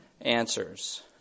answers